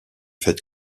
fête